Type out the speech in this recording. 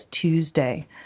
Tuesday